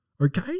Okay